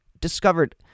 discovered